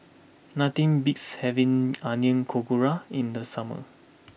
nothing beats having Onion Pakora in the summer